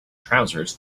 trousers